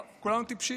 טוב, כולנו טיפשים.